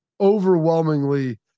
overwhelmingly